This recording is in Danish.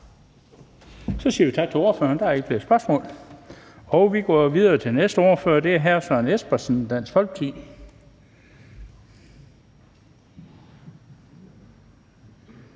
Så siger vi tak til ordføreren. Der er ikke flere spørgsmål. Og vi går videre til den næste ordfører, som er hr. Søren Espersen, Dansk Folkeparti.